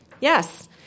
Yes